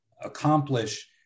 accomplish